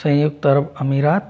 United Arab Emirates